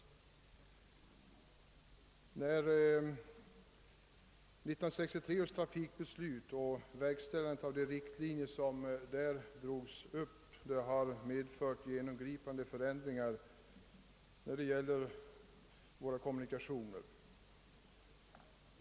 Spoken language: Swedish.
1963 års trafikbeslut och verkställandet av de riktlinjer som däri drogs upp har medfört genomgripande förändringar när det gäller våra allmänna kommunikationer.